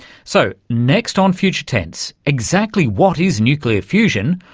so, next on future tense, exactly what is nuclear fusion?